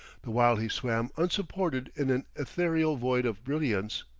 the while he swam unsupported in an ethereal void of brilliance.